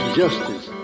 justice